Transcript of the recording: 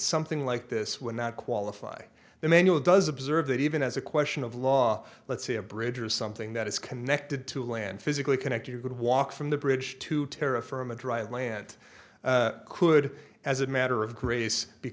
something like this would not qualify the manual does observe that even as a question of law let's say a bridge or something that is connected to land physically connect you could walk from the bridge to terra firma dry land could as a matter of grace be